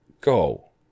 Go